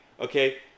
okay